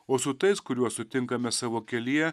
o su tais kuriuos sutinkame savo kelyje